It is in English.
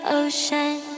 ocean